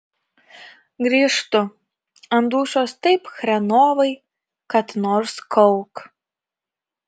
grįžtu ant dūšios taip chrenovai kad nors kauk